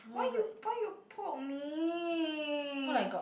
why you why you poke me